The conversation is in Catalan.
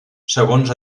segons